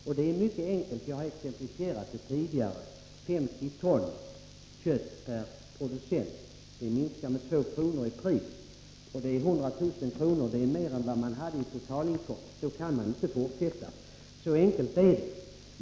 Detta är mycket enkelt — jag har exemplifierat det tidigare: 50 ton kött per producent och en minskning i pris med 2 kr. ger 100 000 kr. Det är mer än vad man hade i totalinkomst, och då kan man inte fortsätta. Så enkelt är det.